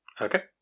Okay